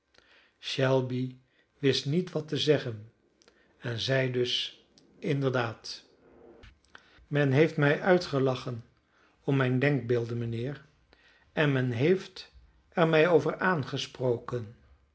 shelby wist niet wat te zeggen en zeide dus inderdaad men heeft mij uitgelachen om mijne denkbeelden mijnheer en men heeft er mij over aangesproken